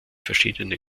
verschiedene